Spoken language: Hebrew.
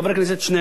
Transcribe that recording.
זה ראש המוסד,